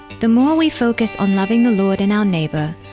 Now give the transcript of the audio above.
the more we focus on loving the lord and our neighbor,